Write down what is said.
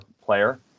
player